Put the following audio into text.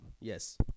Yes